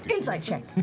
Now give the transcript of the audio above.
insight check!